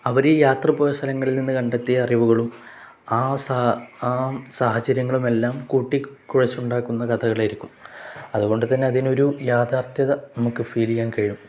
അവർ യാത്ര പോയ സ്ഥലങ്ങളിൽ നിന്ന് കണ്ടെത്തിയ അറിവുകളും ആ സാഹചര്യങ്ങളുമെല്ലാം കൂട്ടി കുഴച്ചുണ്ടാക്കുന്ന കഥകളായിരിക്കും അതുകൊണ്ട് തന്നെ അതിനൊരു യാഥാർത്യത നമുക്ക് ഫീല് ചെയ്യാൻ കഴിയും